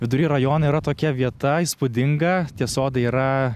vidury rajone yra tokia vieta įspūdinga tie sodai yra